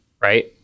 right